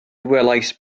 welais